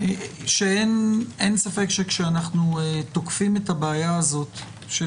אין ספק שכשאנחנו תוקפים את הבעיה הזאת של